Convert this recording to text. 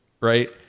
right